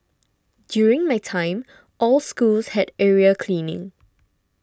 during my time all schools had area cleaning